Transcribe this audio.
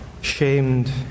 shamed